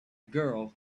girl